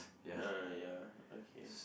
uh ya okay